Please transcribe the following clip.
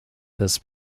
this